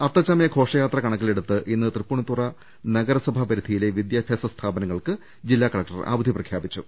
അത്തച്ചമയ ഘോഷയാത്ര കണക്കിലെടുത്ത് ഇന്ന് തൃപ്പൂണിത്തുറ നഗരസഭാ പരിധിയിലെ വിദ്യാഭ്യാസ സ്ഥാപനങ്ങൾക്ക് ജില്ലാ കലക്ടർ അവധി പ്രഖ്യാപിച്ചു